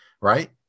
right